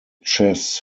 chess